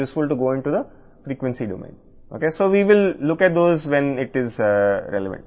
కాబట్టి మనం వాటిని అవసరమైనప్పుడు పరిశీలిస్తాము